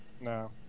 No